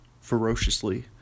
ferociously